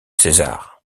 césar